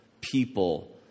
people